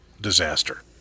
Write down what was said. disaster